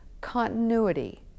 continuity